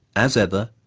as ever,